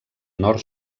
nord